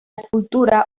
escultura